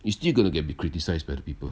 it's still going to get be criticised by the people